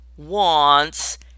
wants